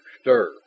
stir